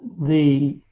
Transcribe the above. the